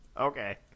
okay